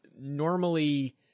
Normally